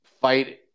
fight